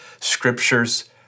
scriptures